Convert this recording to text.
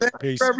Peace